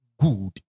good